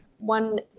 One